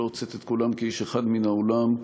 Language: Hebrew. שלא הוצאת את כולם כאיש אחד מן האולם,